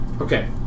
Okay